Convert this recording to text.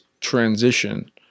transition